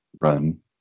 run